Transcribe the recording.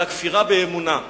ומהכפירה באמונה,